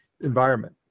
environment